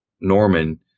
Norman